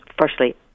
firstly